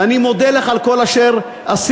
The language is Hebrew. ואני מודה לך על כל אשר עשית.